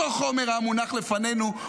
אותו חומר היה מונח לפנינו,